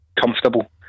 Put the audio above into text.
comfortable